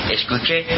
Escuche